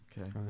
Okay